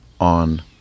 on